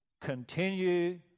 continue